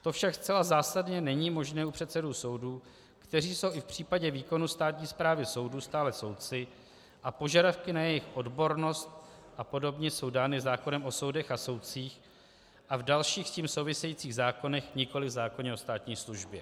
To však zcela zásadně není možné u předsedů soudů, kteří jsou i v případě výkonu státní správy soudů stále soudci, a požadavky na jejich odbornost a podobně jsou dány zákonem o soudech a soudcích a v dalších s tím souvisejících zákonech, nikoli v zákoně o státní službě.